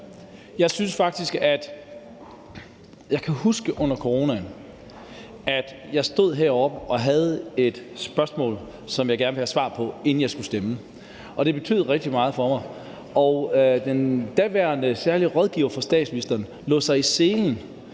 det nu ligge. Jeg kan huske under coronaen, at jeg stod heroppe og havde et spørgsmål, som jeg gerne ville have svar på, inden jeg skulle stemme, og det betød rigtig meget for mig. Den daværende særlige rådgiver for statsministeren lagde sig i selen